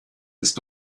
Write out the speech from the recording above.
ist